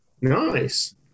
Nice